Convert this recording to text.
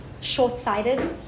Short-sighted